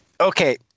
Okay